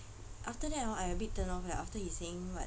after that hor I a bit turn off eh after he saying what